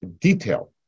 detail